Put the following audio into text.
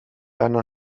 einer